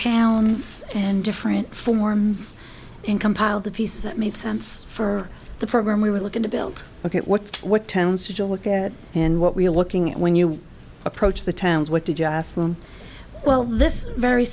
towns and different forms in compiled the pieces that made sense for the program we were looking to build look at what's what towns to a look at and what we're looking at when you approach the towns what did you ask them well this very